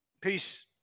Peace